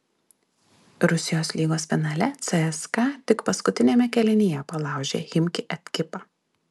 rusijos lygos finale cska tik paskutiniame kėlinyje palaužė chimki ekipą